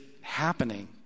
happening